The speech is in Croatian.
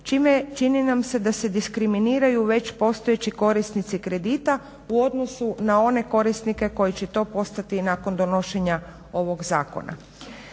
čime čini nam se da se diskriminiraju već postojeći kredita u odnosu na one korisnike koji će to postati nakon donošenja ovog zakona.